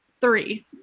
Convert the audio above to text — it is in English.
three